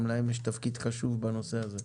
גם להם יש תפקיד חשוב בנושא הזה.